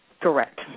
Correct